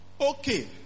Okay